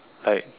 like